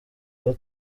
aho